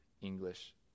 english